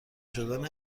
شدن